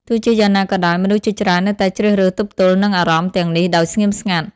ទោះជាយ៉ាងណាក៏ដោយ មនុស្សជាច្រើននៅតែជ្រើសរើសទប់ទល់នឹងអារម្មណ៍ទាំងនេះដោយស្ងៀមស្ងាត់។